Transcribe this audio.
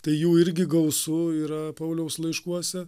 tai jų irgi gausu yra pauliaus laiškuose